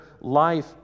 life